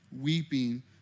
weeping